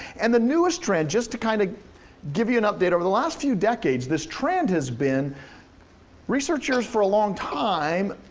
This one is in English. and the newest trend, just to kind of give you an update, over the last few decades, this trend has been researchers for a long time,